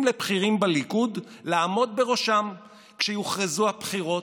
לבכירים בליכוד לעמוד בראשם כשיוכרזו הבחירות.